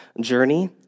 journey